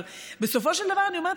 אבל בסופו של דבר אני אומרת,